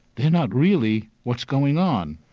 they are not really what's going on.